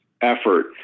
effort